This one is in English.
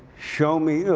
show me,